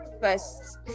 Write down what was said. first